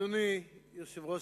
אדוני היושב-ראש,